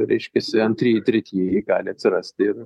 reiškiasi antrieji tretieji gali atsirasti ir